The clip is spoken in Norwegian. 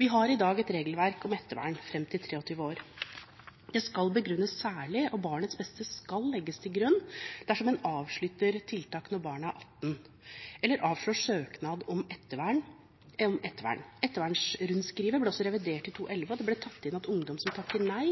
Vi har i dag et regelverk om ettervern fram til 23 år. Det skal begrunnes særlig. Barnets beste skal legges til grunn dersom en avslutter tiltak når barnet er 18 år eller avslår søknad om ettervern. Ettervernrundskrivet ble revidert i 2011. Det ble tatt inn at ungdom som takker nei